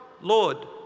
Lord